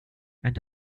and